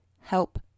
help